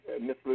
Miss